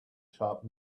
sharp